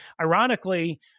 ironically